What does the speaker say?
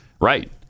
right